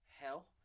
hell